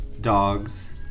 dogs